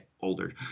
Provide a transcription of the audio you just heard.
older